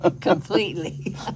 Completely